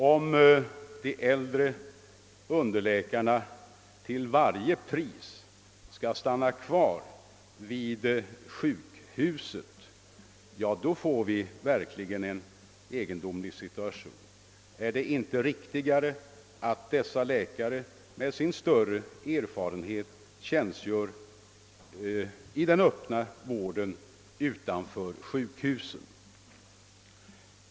Om de äldre underläkarna till varje pris skall stanna kvar vid sjukhusen, får vi verkligen en egendomlig situation. Är det inte riktigare att dessa läkare med sin större erfarenhet tjänstgör i den öppna vården utanför sjukhusen?